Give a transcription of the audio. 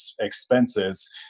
expenses